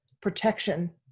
protection